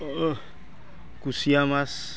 কুচিয়া মাছ